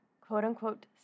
quote-unquote